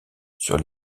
sur